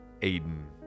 Aiden